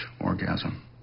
orgasm